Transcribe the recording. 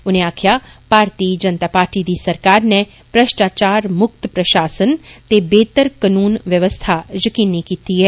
उनें आक्खेआ भारती जनता पार्टी दी सरकार नै भ्रश्टाचार मुक्त प्रषासन ते बेहतर कानून व्यवस्था यकीनी कीती ऐ